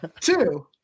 Two